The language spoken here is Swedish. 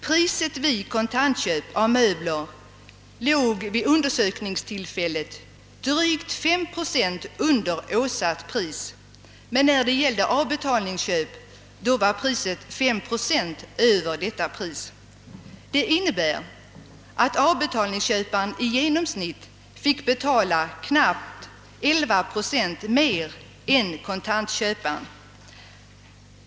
Priset vid kontantköp av möbler låg vid undersökningstillfället drygt 5 procent under åsatt pris, men när det gällde avbetalningsköp var priset 5 procent över detta pris. Det innebär att avbetalningsköparen i genomsnitt fick betala omkring 11 procent mer än kontantköparen.